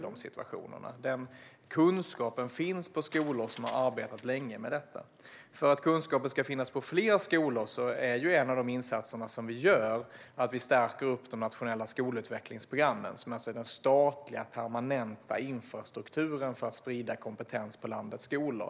Den kunskapen finns på skolor där man har arbetat länge med detta. En insats vi gör för att kunskapen ska finnas på fler skolor är att vi stärker de nationella skolutvecklingsprogrammen, som alltså är den statliga permanenta infrastrukturen för att sprida kompetens på landets skolor.